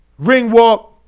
Ringwalk